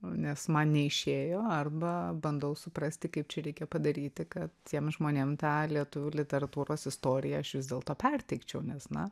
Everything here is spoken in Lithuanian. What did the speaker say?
nes man neišėjo arba bandau suprasti kaip čia reikia padaryti kad tiem žmonėm tą lietuvių literatūros istoriją aš vis dėlto perteikčiau nes na